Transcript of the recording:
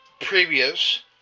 previous